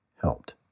helped